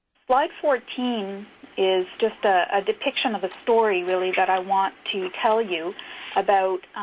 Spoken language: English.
slide fourteen is just ah a depiction of a story, really, that i want to tell you about.